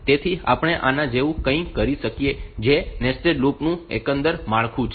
તેથી આપણે આના જેવું કંઈક કરી શકીએ જે નેસ્ટેડ લૂપ નું એકંદર માળખું છે